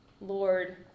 Lord